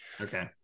okay